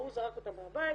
ההוא זרק אותה מהבית,